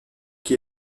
qui